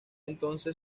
entonces